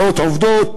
לאימהות עובדות.